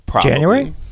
January